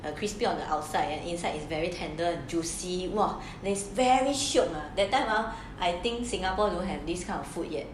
the crispy on the outside and inside is very tender juicy !wah! there is very shiok lah that time lah I think singapore don't have this kind of food yet